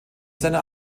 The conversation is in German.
seiner